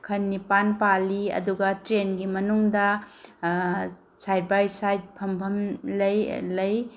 ꯈꯟ ꯅꯤꯄꯥꯜ ꯄꯥꯜꯂꯤ ꯑꯗꯨꯒ ꯇ꯭ꯔꯦꯟꯒꯤ ꯃꯅꯨꯡꯗ ꯁꯥꯏꯠ ꯕꯥꯏ ꯁꯥꯏꯠ ꯐꯝꯐꯝ ꯂꯩ ꯂꯩ